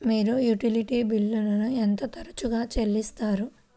మీరు యుటిలిటీ బిల్లులను ఎంత తరచుగా చెల్లిస్తారు?